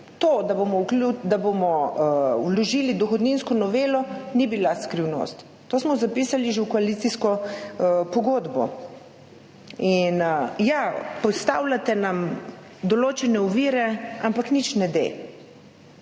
To, da bomo vložili dohodninsko novelo, ni bila skrivnost. To smo zapisali že v koalicijsko pogodbo. In ja, postavljate nam določene ovire, ampak nič ne de.